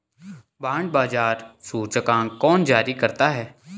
Bond बाजार सूचकांक कौन जारी करता है?